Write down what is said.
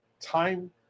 time